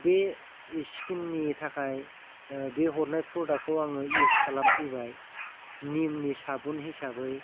बे सिकिननि थाखाय बे हरनाय प्रदागखौ आङो इउस खालामफैबाय निमनि साफुन हिसाबै